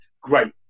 Great